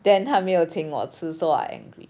then 他没有请我吃 so I angry